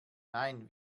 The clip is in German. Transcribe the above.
nein